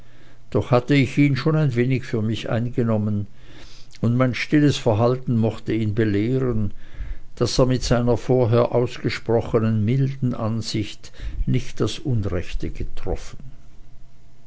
doch hatte ich ihn schon ein wenig für mich eingenommen und mein stilles verhalten mochte ihn belehren daß er mit seiner vorher ausgesprochenen milden ansicht nicht das unrechte getroffen